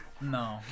No